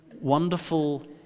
wonderful